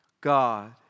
God